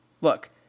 Look